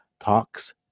Talks